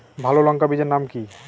ভালো লঙ্কা বীজের নাম কি?